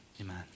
Amen